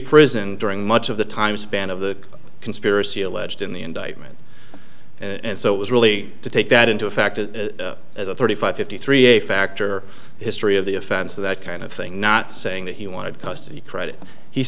prison during much of the time span of the conspiracy alleged in the indictment and so it was really to take that into a factor as a thirty five fifty three a factor history of the offense that kind of thing not saying that he wanted custody credit he